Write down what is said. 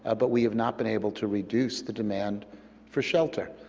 ah but we have not been able to reduce the demand for shelter.